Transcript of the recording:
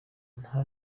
nta